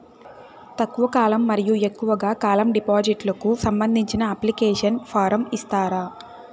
తక్కువ కాలం మరియు ఎక్కువగా కాలం డిపాజిట్లు కు సంబంధించిన అప్లికేషన్ ఫార్మ్ ఇస్తారా?